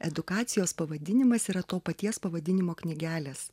edukacijos pavadinimas yra to paties pavadinimo knygelės